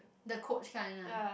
the coach kind ah